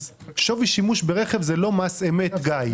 שווי שימוש ברכב זה לא מס אמת, גיא.